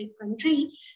country